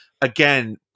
again